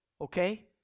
okay